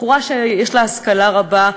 בחורה שיש לה השכלה רבה,